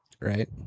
right